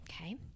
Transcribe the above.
Okay